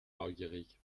neugierig